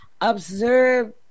Observe